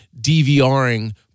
DVRing